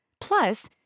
Plus